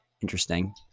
interesting